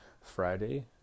Friday